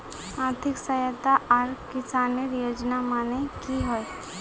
आर्थिक सहायता आर किसानेर योजना माने की होय?